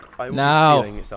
Now